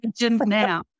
Now